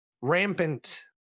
rampant